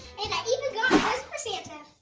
and i got for santa?